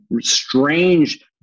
strange